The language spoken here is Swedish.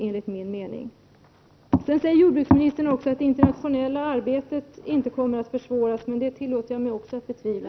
Jordbruksministern säger också att det internationella arbetet inte kommer att försvåras. Det tillåter jag mig att betvivla.